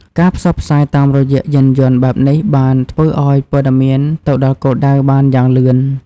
ការផ្សព្វផ្សាយតាមរយៈយានយន្តបែបនេះបានធ្វើឱ្យព័ត៌មានទៅដល់គោលដៅបានយ៉ាងលឿន។